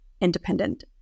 independent